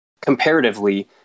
comparatively